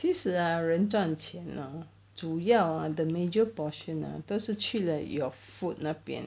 其实 ah 人赚钱 hor 主要 ah the major portion ah 都是去了 your food 那边